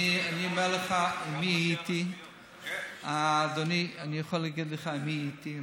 אני אומר לך, אדוני, אני יכול להגיד עם מי הייתי.